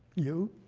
you?